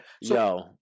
Yo